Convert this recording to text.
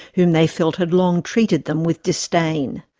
whom they felt had long treated them with disdain.